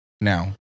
Now